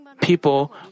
people